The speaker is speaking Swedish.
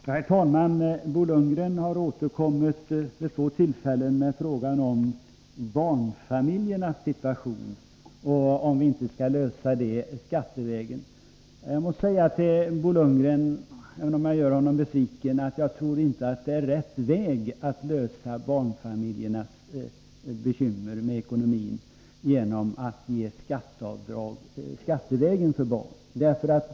Herr talman! Bo Lundgren har vid två tillfällen återkommit med frågan om barnfamiljernas situation och ifrågasatt om man inte borde lösa deras ekonomiska bekymmer skattevägen. Även om jag gör Bo Lundgren besviken, måste jag säga att jag inte tror att det är rätt väg att gå.